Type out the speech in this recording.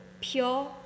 pure